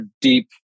deep